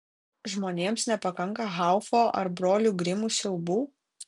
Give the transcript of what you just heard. žmonėms nepakanka haufo ar brolių grimų siaubų